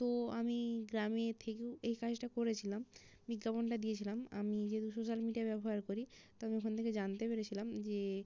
তো আমি গ্রামের থেকেও এই কাজটা করেছিলাম বিজ্ঞাপনটা দিয়েছিলাম আমি যেহেতু সোশ্যাল মিডিয়া ব্যবহার করি তো আমি ওখান থেকে জানতে পেরেছিলাম যে